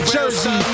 Jersey